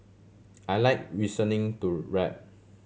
I like listening to rap